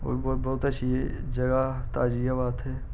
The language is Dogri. ओह् बी बोह्त अच्छी जगह् ताज़ी हवा उत्थें